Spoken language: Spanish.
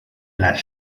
las